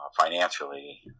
financially